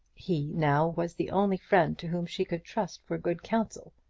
he, now, was the only friend to whom she could trust for good council.